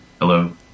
Hello